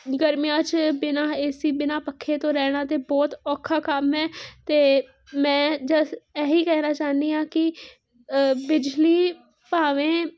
ਗਰਮੀਆਂ 'ਚ ਬਿਨਾਂ ਏ ਸੀ ਬਿਨਾਂ ਪੱਖੇ ਤੋਂ ਰਹਿਣਾ ਤਾਂ ਬਹੁਤ ਔਖਾ ਕੰਮ ਹੈ ਅਤੇ ਮੈਂ ਜਦੋਂ ਇਹ ਹੀ ਕਹਿਣਾ ਚਾਹੁੰਦੀ ਹਾਂ ਕਿ ਬਿਜਲੀ ਭਾਵੇਂ